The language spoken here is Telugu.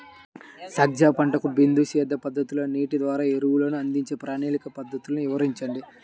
సజ్జ పంటకు బిందు సేద్య పద్ధతిలో నీటి ద్వారా ఎరువులను అందించే ప్రణాళిక పద్ధతులు వివరించండి?